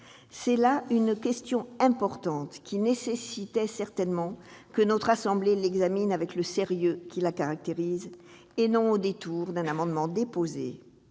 C'est là une question importante, qui nécessitait certainement que notre assemblée l'examine avec le sérieux qui la caractérise, et non au détour d'un amendement déposé,